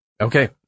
Okay